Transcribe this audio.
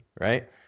right